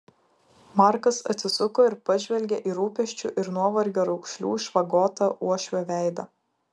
markas atsisuko ir pažvelgė į rūpesčių ir nuovargio raukšlių išvagotą uošvio veidą